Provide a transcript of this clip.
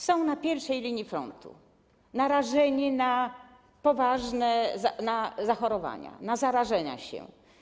Są na pierwszej linii frontu, narażeni na poważne zachorowania, na zarażenia się.